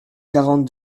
quarante